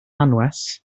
anwes